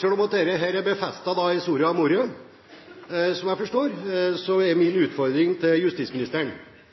Selv om dette er befestet i Soria Moria, som jeg forstår det, er min utfordring til justisministeren: